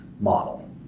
model